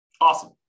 Awesome